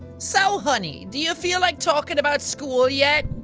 so honey, do you feel like talking about school yet?